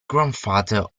grandfather